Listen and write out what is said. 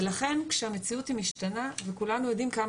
ולכן כשהמציאות היא משתנה וכולנו יודעים כמה